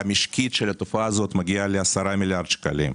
המשקית של התופעה הזאת מגיעה ל-10 מיליארד שקלים.